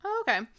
Okay